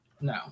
no